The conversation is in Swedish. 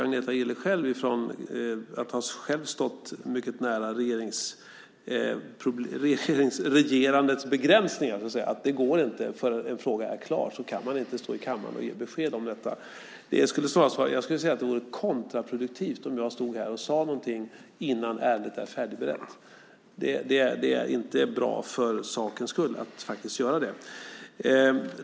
Agneta Gille vet ju, efter att själv ha stått mycket nära regerandets begränsningar, att det inte går. Innan en fråga är klar kan man inte stå i kammaren och ge besked. Det vore kontraproduktivt om jag stod här och sade något innan ärendet är färdigberett. Det är inte bra att göra det.